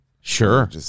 Sure